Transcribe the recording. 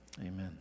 Amen